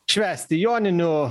švęsti joninių